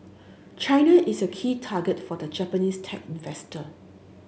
China is a key target for the Japanese tech investor